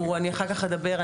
אני אחר כך אדבר,